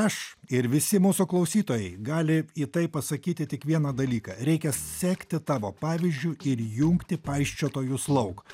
aš ir visi mūsų klausytojai gali į tai pasakyti tik vieną dalyką reikia sekti tavo pavyzdžiu ir jungti paisčiotojus lauk